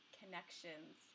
connections